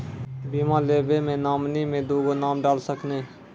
बीमा लेवे मे नॉमिनी मे दुगो नाम डाल सकनी?